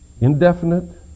Indefinite